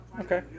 okay